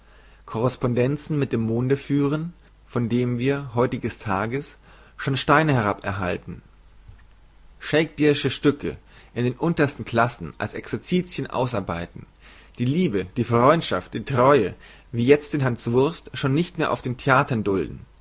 korrespondenzen mit dem monde führen von dem wir heutiges tages schon steine heraberhalten shakspearsche stücke in den untersten klassen als exercitien ausarbeiten die liebe die freundschaft die treue wie jezt den hanswurst schon nicht mehr auf den theatern dulden